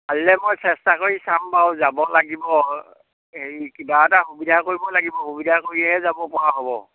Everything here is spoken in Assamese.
কালিলৈ মই চেষ্টা কৰি চাম বাৰু যাব লাগিব হেৰি কিবা এটা সুবিধা কৰিব লাগিব সুবিধা কৰিহে যাব পৰা হ'ব